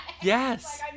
Yes